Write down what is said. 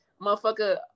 motherfucker